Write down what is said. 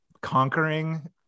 conquering